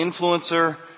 influencer